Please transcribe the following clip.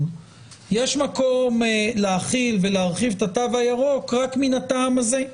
יש מקום להחיל ולהרחיב את התו הירוק רק מן הטעם הזה?